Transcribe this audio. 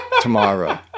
tomorrow